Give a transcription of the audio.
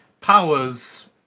powers